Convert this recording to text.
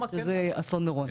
שזה אסון מירון.